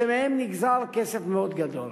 שמהם נגזר כסף מאוד גדול.